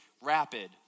rapid